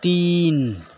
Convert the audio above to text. تین